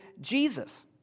Jesus